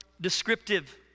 descriptive